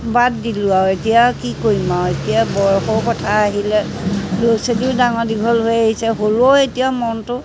বাদ দিলোঁ আৰু এতিয়া কি কৰিম আৰু এতিয়া বয়সৰ কথা আহিলে ল'ৰা ছোৱালীও ডাঙৰ দীঘল হৈ আহিছে হ'লেও এতিয়া মনটো